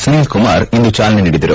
ಸುನೀಲ್ ಕುಮಾರ್ ಇಂದು ಚಾಲನೆ ನೀಡಿದರು